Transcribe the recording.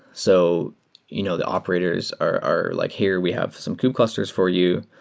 so you know the operators are are like, here, we have some kub clusters for you,